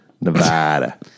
Nevada